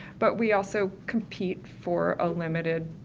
but we also compete for a limited.